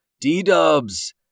D-dubs